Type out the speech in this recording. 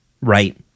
right